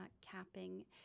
capping